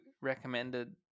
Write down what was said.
recommended